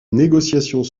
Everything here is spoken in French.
négociations